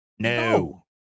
No